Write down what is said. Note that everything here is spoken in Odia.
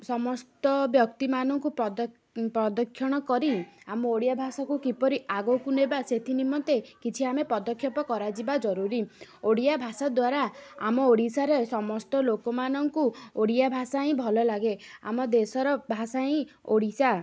ସମସ୍ତ ବ୍ୟକ୍ତିମାନଙ୍କୁ ପ୍ରଦକ୍ଷିଣ କରି ଆମ ଓଡ଼ିଆ ଭାଷାକୁ କିପରି ଆଗକୁ ନେବା ସେଥିନିମନ୍ତେ କିଛି ଆମେ ପଦକ୍ଷେପ କରାଯିବା ଜରୁରୀ ଓଡ଼ିଆ ଭାଷା ଦ୍ୱାରା ଆମ ଓଡ଼ିଶାରେ ସମସ୍ତ ଲୋକମାନଙ୍କୁ ଓଡ଼ିଆ ଭାଷା ହିଁ ଭଲ ଲାଗେ ଆମ ଦେଶର ଭାଷା ହିଁ ଓଡ଼ିଶା